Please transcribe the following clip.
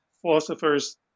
philosophers